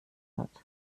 hat